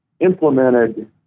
implemented